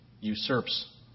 usurps